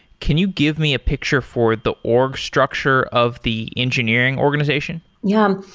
can you give me a picture for the org structure of the engineering organization? yeah.